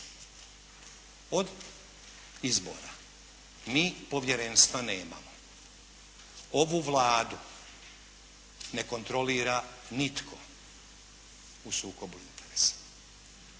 Od izbora mi povjerenstva nemamo. Ovu Vladu ne kontrolira nitko u sukobu interesa.